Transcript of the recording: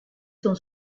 sont